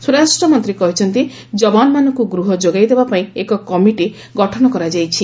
ସ୍ୱରାଷ୍ଟ୍ରମନ୍ତ୍ରୀ କହିଛନ୍ତି ଯବାନମାନଙ୍କୁ ଗୃହ ଯୋଗାଇ ଦେବା ପାଇଁ ଏକ କମିଟି ଗଠନ କରାଯାଇଛି